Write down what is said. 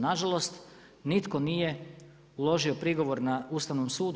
Nažalost, nitko nije uložio prigovor na Ustavnom sudu.